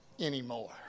anymore